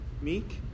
meek